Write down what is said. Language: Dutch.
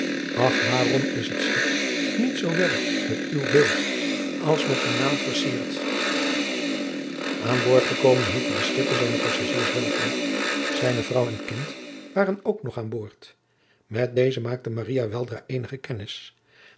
ach waarom is het schip niet zoo wel met uw beeld als met uw naam verfierd aan boord gekomen heette de schipper zijne passagiers welkom zijne vrouw en kind waren ook nog aan boord met deze maakte maria weldra eenige